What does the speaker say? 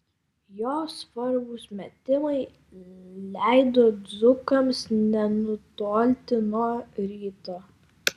jo svarbūs metimai leido dzūkams nenutolti nuo ryto